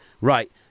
right